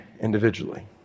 individually